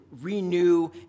renew